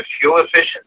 fuel-efficient